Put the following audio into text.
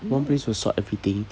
one place will sort everything